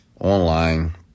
online